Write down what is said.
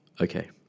okay